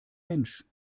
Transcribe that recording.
mensch